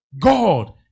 God